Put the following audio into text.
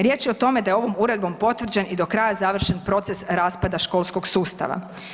Riječ je o tome da je ovom uredbom potvrđen i do kraja završen proces raspada školskog sustava.